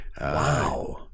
Wow